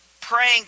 praying